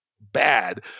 bad